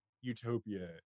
Utopia